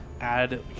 add